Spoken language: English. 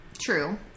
True